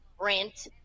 rent